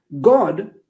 God